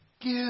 give